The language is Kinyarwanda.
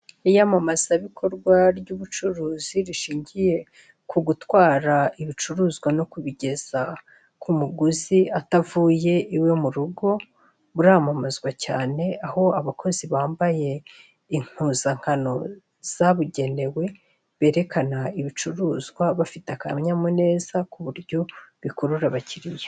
Iyamamazabikorwa ry'ubucuruzi rishingiye ku gutwara, ibicuruzwa no kubigeza ku muguzi atavuye iwe mu rugo buramamazwa cyane aho abakozi bambaye impuzankano zabugenewe berekana ibicuruzwa bafite akanyamuneza ku buryo bikurura abakiriya.